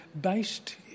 based